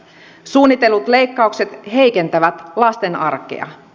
suunnitellut leikkaukset heikentävät lasten arkea